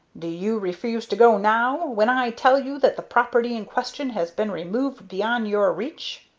do you refuse to go now, when i tell you that the property in question has been removed beyond your reach?